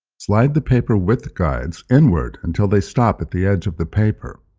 slide the paper width guides inward until they stop at the edge of the paper.